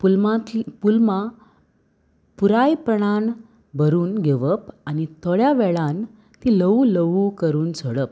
पुलमांतली पुलमां पुरायपणान भरून घेवप आनी थोड्या वेळान ती लव लव करून झडप